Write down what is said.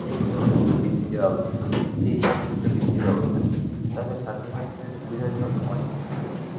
যেই উপযুক্ত বৃত্তি দেওয়া উচিত সেই উপযুক্ত বৃত্তির ব্যবস্থা নেই তাছাড়া ছাত্রছাত্রীদের সুবিধার জন্য অনেক কিছুই নেই